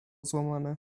złamane